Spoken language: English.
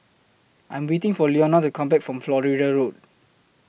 I'm waiting For Leonia to Come Back from Florida Road